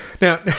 Now